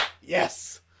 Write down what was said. Yes